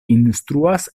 instruas